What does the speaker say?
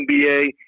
NBA